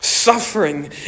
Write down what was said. Suffering